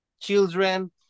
children